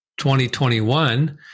2021